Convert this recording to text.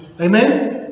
Amen